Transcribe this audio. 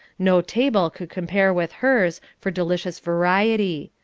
no table could compare with hers for delicious variety.